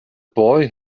boy